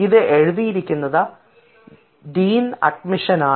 ഇത് എഴുതിയിരിക്കുന്നത് dean admission ആണ്